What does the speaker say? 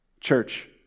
Church